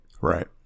Right